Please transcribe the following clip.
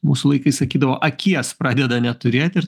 mūsų laikais sakydavo akies pradeda neturėt ir